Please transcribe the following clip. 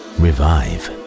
revive